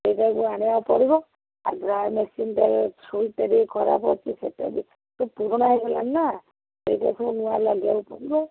ସେଇଟାକୁ ଆଣିବାକୁ ପଡ଼ିବ ଆଉ ଡ୍ରାଏ ମେସିନ୍ଟା ସୁଇଚ୍ଟା ଟିକେ ଖରାପ ଅଛିି ସେ ପୁରୁଣା ହେଇଗଲାଣି ନା ସେଇଟା ସବୁ ନୂଆ ଲାଗିବାକୁ ପଡ଼ିବ